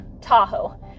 Tahoe